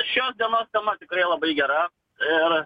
šios dienos tema tikrai labai gera ir